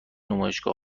نمایشگاه